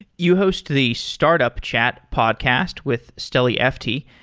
you host the startup chat podcast with steli efti.